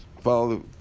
follow